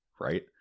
right